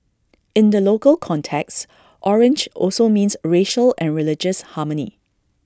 in the local context orange also means racial and religious harmony